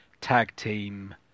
tag-team